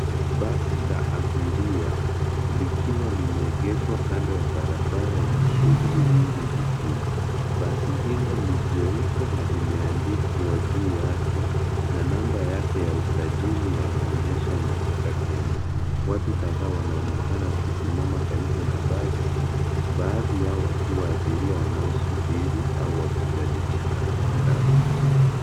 Basi la abiria likiwa limeegeshwa kando ya barabara yenye shuhguli nyingi. Basi hilo ni jeupe na limeandikwa juu yake na namba yake ya usajili yanaonyesha inatoka Kenya. Watu kadhaa wanaonekana wakisimama karibu na basi baadhi yao wakiwa abiria wanaosubiri au wakijadiliana na kondakta.